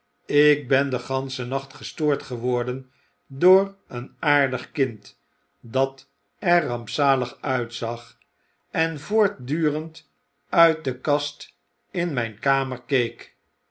ik ben den ganschen nacht gestoord geworden door een aardig kind dat er rampzalig uitzag en voortdurend uit de kast in myn kamer